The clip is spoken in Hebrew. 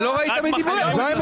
אתה לא ראית מי דיברה.